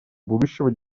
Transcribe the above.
будущего